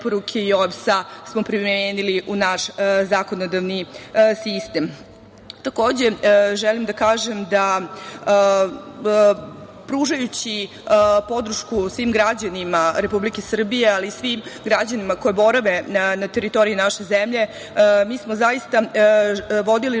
OEBS-a smo primenili u naš zakonodavni sistem. Takođe, želim da kažem da pružajući podršku svim građanima Republike Srbije, ali i svim građanima koji borave na teritoriji naše zemlje, mi smo, zaista, vodili